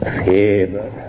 favor